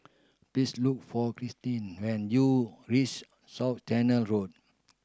please look for Kristine when you reach South Canal Road